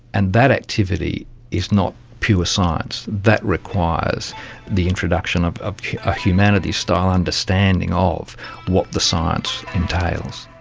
and that activity is not pure science, that requires the introduction of of a humanity style understanding of what the science entails.